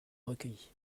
recueillit